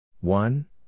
One